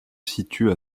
situe